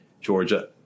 Georgia